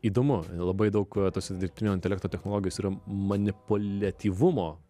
įdomu labai daug tose dirbtinio intelekto technologijos yra manipuliatyvumo